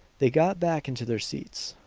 they got back into their seats,